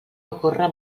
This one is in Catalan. ocorre